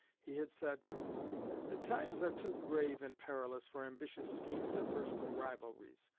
he had said the times are too grave and perilous for ambitious schemes and personal rivalries.